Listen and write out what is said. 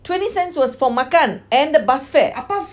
twenty cents was for makan and the bus fare